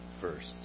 first